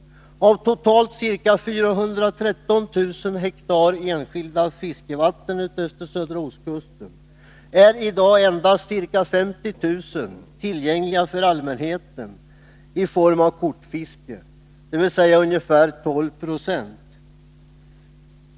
Av totalt ca 413 000 hektar enskilda fiskevatten utefter södra ostkusten är i dag endast ca 50 000 hektar tillgängliga för allmänheten i form av kortfiske, dvs. drygt 12 90.